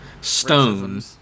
Stone